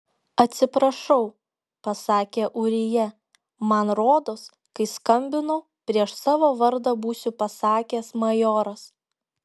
atsiprašau pasakė ūrija man rodos kai skambinau prieš savo vardą būsiu pasakęs majoras